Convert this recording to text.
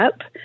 up